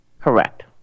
Correct